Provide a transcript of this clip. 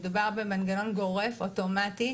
מדובר במנגנון גורף, אוטומטי,